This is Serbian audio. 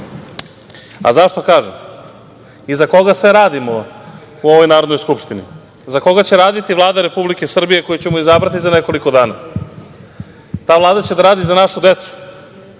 to kažem i za koga sve radimo u ovoj Narodnoj skupštini? Za koga će raditi Vlada Republike Srbije koju ćemo izabrati za nekoliko dana? Ta vlada će da radi za našu decu,